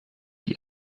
die